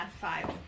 five